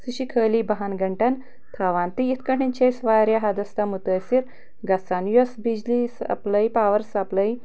سُہ چھِ خٲلی بہن گنٛٹن تھاوان تہٕ یِتھ کٲٹھۍ چھِ أسۍ واریاہ حدس تام مُتٲثر گژھان یۄس بجلی سپلاے پاور سپلاے